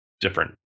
different